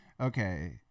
okay